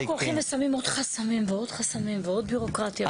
אנחנו רק הולכים ושמים עוד חסמים ועוד חסמים ועוד בירוקרטיה.